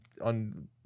on